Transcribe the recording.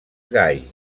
gai